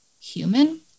human